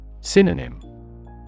Synonym